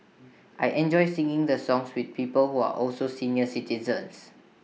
I enjoy singing the songs with people who are also senior citizens